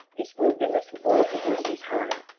this wilderness of water was his home.